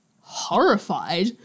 horrified